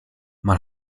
man